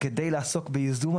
כדי לעסוק בייזום,